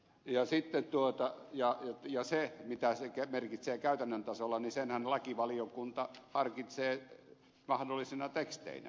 ja sitten tuota ja jos se mitä se merkitsee käytännön tasolla senhän lakivaliokunta harkitsee mahdollisina teksteinä